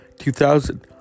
2000